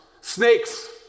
Snakes